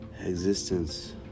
Existence